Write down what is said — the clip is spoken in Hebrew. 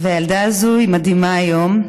הילדה הזו היא מדהימה היום,